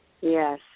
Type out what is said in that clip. Yes